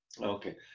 Okay